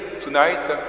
tonight